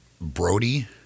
Brody